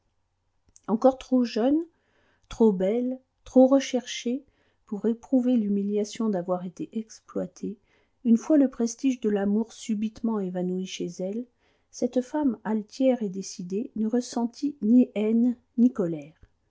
encore trop jeune trop belle trop recherchée pour éprouver l'humiliation d'avoir été exploitée une fois le prestige de l'amour subitement évanoui chez elle cette femme altière et décidée ne ressentit ni haine ni colère